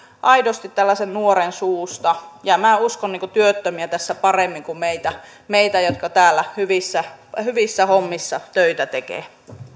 aidosti tällaisen nuoren suusta ja minä uskon työttömiä tässä paremmin kuin meitä meitä jotka täällä hyvissä hyvissä hommissa töitä